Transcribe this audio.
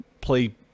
play